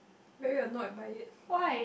very annoyed by it